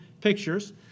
pictures